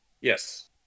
Yes